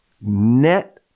net